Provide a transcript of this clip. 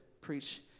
preach